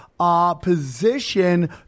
Position